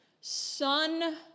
son